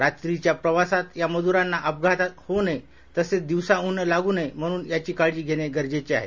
रात्रीच्या प्रवासात या मजुरांना अपघात होऊ नयेत तसंच दिवसा उन्ह लागू नये म्हणून यांची काळजी घेणे गरजेचे आहे